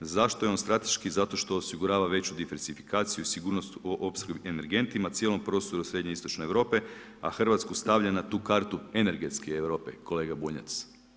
Zašto je on strateški, zato što osigurava veću diversifikaciju i sigurnost u opskrbi energentima, cijelom prostoru srednje i istočne Europe a Hrvatsku stavlja na tu kartu energetske Europe, kolega Bunjac.